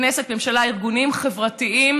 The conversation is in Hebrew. כנסת, ממשלה, ארגונים חברתיים,